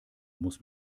muss